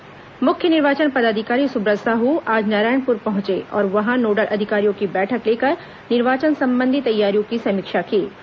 सुब्रत साहू समीक्षा मुख्य निर्वाचन पदाधिकारी सुब्रत साहू आज नारायणपुर पहंचे और वहां नोडल अधिकारियों की बैठक लेकर निर्वाचन संबंधी तैयारियों की समीक्षा कीं